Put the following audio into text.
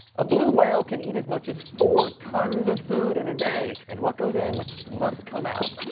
a blue whale can eat as much as four tons of food in a day, and what goes in must come out.